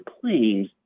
claims